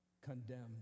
Condemned